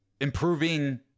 improving